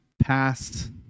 past